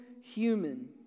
human